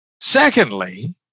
Secondly